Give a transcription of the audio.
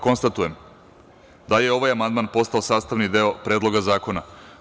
Konstatujem da je ovaj amandman postao sastavni deo Predloga zakona.